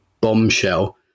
bombshell